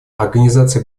организация